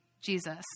Jesus